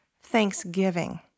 thanksgiving